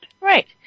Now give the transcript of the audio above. Right